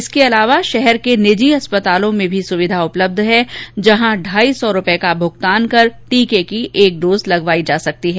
इसके साथ ही शहर के निजी अस्पतालों में भी सुविधा उपलब्ध है जहां पर ढाई सौ रुपए का भूगतान कर टीके की डोज लगायी जा सकती है